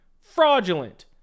Fraudulent